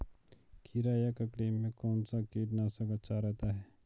खीरा या ककड़ी में कौन सा कीटनाशक अच्छा रहता है?